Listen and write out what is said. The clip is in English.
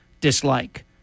dislike